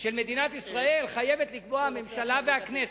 חייבות לקבוע הממשלה והכנסת.